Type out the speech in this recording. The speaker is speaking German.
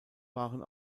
waren